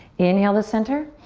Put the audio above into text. inhale to center.